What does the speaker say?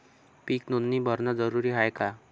पीक नोंदनी भरनं जरूरी हाये का?